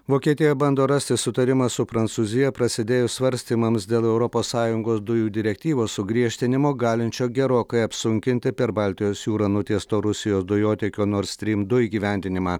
vokietija bando rasti sutarimą su prancūzija prasidėjus svarstymams dėl europos sąjungos dujų direktyvos sugriežtinimo galinčio gerokai apsunkinti per baltijos jūrą nutiesto rusijos dujotiekio nord strym du įgyvendinimą